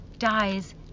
dies